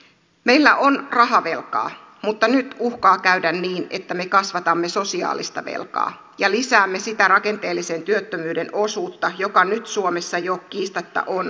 meillä on rahavelkaa mutta nyt uhkaa käydä niin että me kasvatamme sosiaalista velkaa ja lisäämme sitä rakenteellisen työttömyyden osuutta joka nyt suomessa jo kiistatta on liian korkea